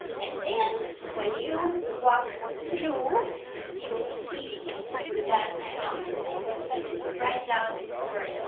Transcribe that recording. and then when you walk through you will see that my office is located right down the corridor.